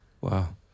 Wow